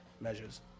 measures